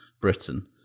Britain